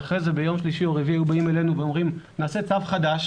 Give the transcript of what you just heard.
ואחרי זה ביום שלישי או רביעי היו באים אלינו ואומרים: נעשה צו חדש